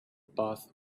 bath